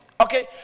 Okay